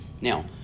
Now